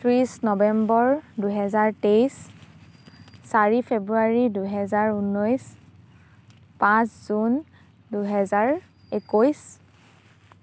ত্ৰিছ নৱেম্বৰ দুহেজাৰ তেইছ চাৰি ফেব্ৰুৱাৰী দুহেজাৰ ঊনৈছ পাঁচ জুন দুহেজাৰ একৈছ